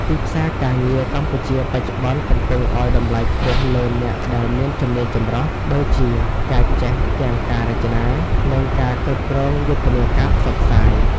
ទីផ្សារការងារកម្ពុជាបច្ចុប្បន្នកំពុងឱ្យតម្លៃខ្ពស់លើអ្នកដែលមានជំនាញចម្រុះ (Multi-skilled) ដូចជាការចេះទាំងការរចនា និងការគ្រប់គ្រងយុទ្ធនាការផ្សព្វផ្សាយ។